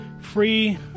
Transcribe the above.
Free